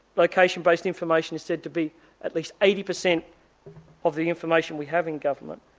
location based information is said to be at least eighty percent of the information we have in government.